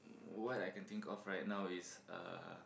what I can think of right now is uh